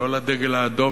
לא לדגל האדום,